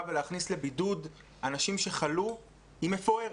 ולהכניס לבידוד אנשים שחלו היא מפוארת,